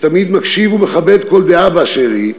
שתמיד מקשיב ומכבד כל דעה באשר היא,